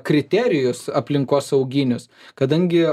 kriterijus aplinkosauginius kadangi